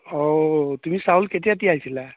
অঁ তুমি চাউল কেতিয়া তিয়াইছিলা